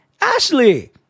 Ashley